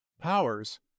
Powers